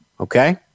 Okay